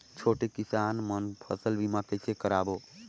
छोटे किसान मन फसल बीमा कइसे कराबो?